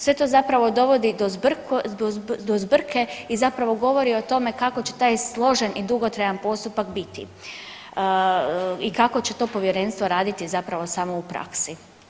Sve to zapravo dovodi do zbrke i zapravo govori o tome kako će taj složen i dugotrajan postupak biti i kako će to povjerenstvo raditi zapravo samo u praksi.